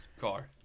car